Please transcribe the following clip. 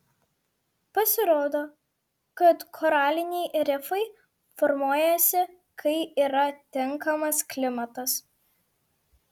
pasirodo kad koraliniai rifai formuojasi kai yra tinkamas klimatas